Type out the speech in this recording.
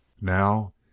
Now